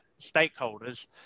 stakeholders